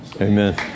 Amen